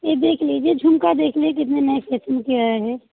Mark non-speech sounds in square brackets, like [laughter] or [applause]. ये देख लीजिए झुमका देख [unintelligible] कितने नए फ़ैसन के आया है